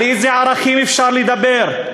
על איזה ערכים אפשר לדבר?